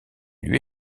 lui